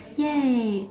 !yay!